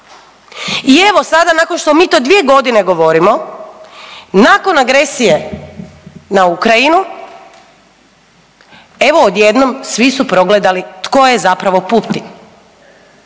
I evo sada nakon što mi to dvije godine govorimo, nakon agresije na Ukrajinu, evo odjednom svi su progledali tko je zapravo Putin.